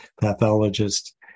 pathologist